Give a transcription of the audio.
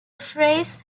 phrase